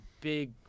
big